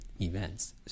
events